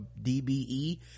DBE